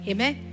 Amen